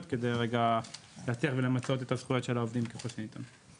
כדי להצליח למצות את הזכויות של העובדים ככל שניתן.